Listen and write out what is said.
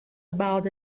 about